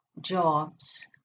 jobs